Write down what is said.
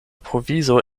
provizo